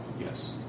Yes